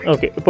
Okay